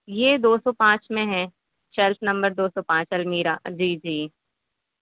یہ دو سو پانچ میں ہے شیلف نمبر دو سو پانچ المیرا جی جی